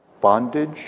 bondage